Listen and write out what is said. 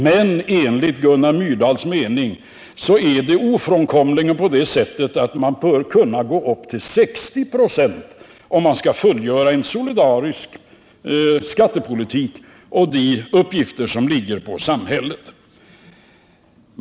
Men enligt Gunnar Myrdals mening är det ofrånkomligen på det sättet att man bör gå upp till ett skatteuttag av 60 26 om man skall föra en solidarisk skattepolitik och utföra de uppgifter som ligger på samhället.